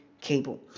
cable